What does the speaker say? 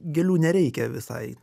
gėlių nereikia visai